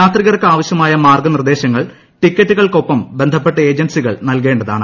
യാത്രിക്ടർക്ക് ആവശ്യമായ മാർഗനിർദേശങ്ങൾ ടിക്കറ്റുകൾക്കൊപ്പം ബന്ധപ്പെട്ട് ഏജ്ൻസികൾ നൽകേണ്ടതാണ്